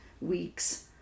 weeks